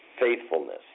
faithfulness